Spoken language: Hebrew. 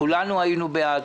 כולנו היינו בעד,